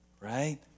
right